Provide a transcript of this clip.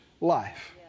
life